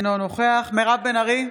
אינו נוכח מירב בן ארי,